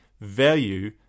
value